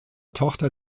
tochter